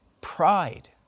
pride